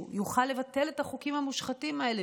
יוכל לבטל את החוקים המושחתים האלה,